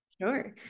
sure